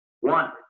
One